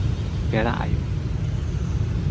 ᱯᱮᱲᱟ ᱟᱭᱳ